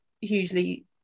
hugely